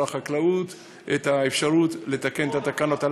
החקלאות את האפשרות לתקן את התקנות הללו.